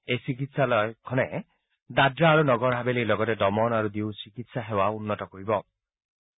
এই চিকিৎসালয়খনে দাদৰা আৰু নগৰ হাভেলীৰ লগতে দমন আৰু ডিউৰ চিকিৎসা সেৱা উন্নত কৰি তুলিব